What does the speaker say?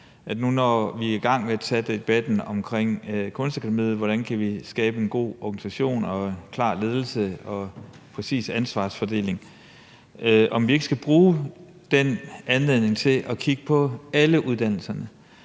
Nu, hvor vi er i gang med at tage debatten om Kunstakademiet, altså hvordan vi kan skabe en god organisation og en klar ledelse og en præcis ansvarsfordeling, skal vi så ikke bruge den anledning til at kigge på alle uddannelserne?